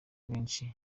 benshi